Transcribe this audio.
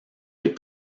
les